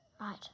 right